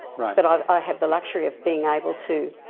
but i have the luxury of being able to